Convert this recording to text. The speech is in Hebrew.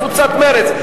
קבוצת מרצ,